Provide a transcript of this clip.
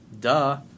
duh